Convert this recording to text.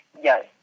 Yes